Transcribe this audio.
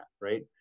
Right